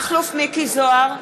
(קוראת בשמות חברי הכנסת) מכלוף מיקי זוהר,